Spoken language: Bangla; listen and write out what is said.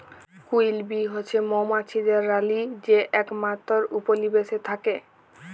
কুইল বী হছে মোমাছিদের রালী যে একমাত্তর উপলিবেশে থ্যাকে